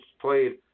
played